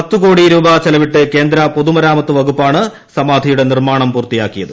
പത്ത് കോടി ചെലവിട്ട് കേന്ദ്ര പൊതുമരാമത്ത് വകുപ്പാണ് സമാധിയുടെ നിർമ്മാണം പൂർത്തിയാക്കിയത്